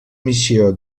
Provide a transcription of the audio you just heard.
missió